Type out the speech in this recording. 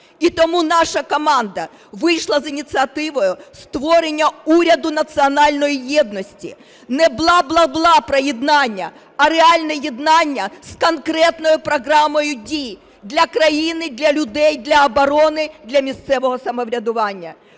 І тому наша команда вийшла з ініціативою створення уряду національної єдності, не бла-бла-бла приєднання, а реальне єднання з конкретною програмою дій для країни, для людей, для оборони, для місцевого самоврядування.